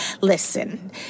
listen